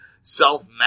self